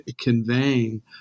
conveying